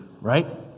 right